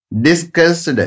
discussed